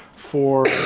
for